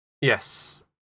Yes